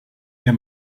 der